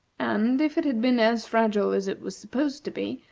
and, if it had been as fragile as it was supposed to be,